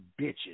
bitches